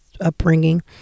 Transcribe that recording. upbringing